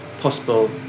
possible